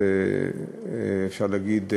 ואפשר להגיד,